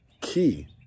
key